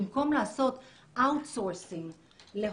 במקום לעשות מיקור חוץ להודו,